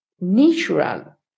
natural